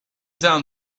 down